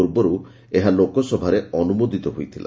ପୂର୍ବରୁ ଏହା ଲୋକସଭାରେ ଅନୁମୋଦିତ ହୋଇଥିଲା